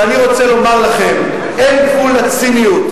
ואני רוצה לומר לכם: אין גבול לציניות.